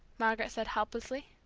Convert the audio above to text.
margaret said helplessly.